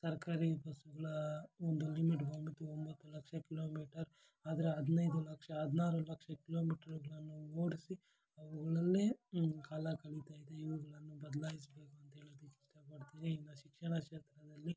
ಸರ್ಕಾರಿ ಬಸ್ಸುಗಲ ಒಂದು ಯುನಿಟ್ ಒಂಬತ್ತು ಒಂಬತ್ತು ಲಕ್ಷ ಕಿಲೋಮೀಟರ್ ಆದರೆ ಹದಿನೈದು ಲಕ್ಷ ಹದಿನಾರು ಲಕ್ಷ ಕಿಲೋಮೀಟ್ರ್ಗಳನ್ನು ಓಡಿಸಿ ಅವುಗಳಲ್ಲೇ ಕಾಲ ಕಳಿತಾ ಇದೆ ಇವುಗಳನ್ನು ಬದಲಾಯಿಸ್ಬೇಕು ಅಂತ ಹೇಳದಕ್ ಇಷ್ಟಪಡ್ತೀನಿ ಇನ್ನು ಶಿಕ್ಷಣ ಕ್ಷೇತ್ರದಲ್ಲಿ